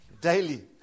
Daily